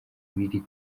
b’iri